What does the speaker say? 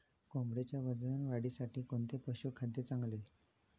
कोंबडीच्या वजन वाढीसाठी कोणते पशुखाद्य चांगले?